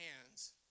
hands